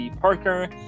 Parker